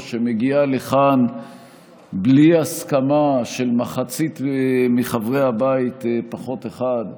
שמגיעה לכאן בלי הסכמה של מחצית מחברי הבית פחות אחד,